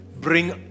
bring